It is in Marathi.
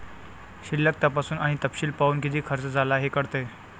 शिल्लक तपासून आणि तपशील पाहून, किती खर्च झाला हे कळते